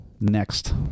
Next